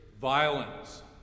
violence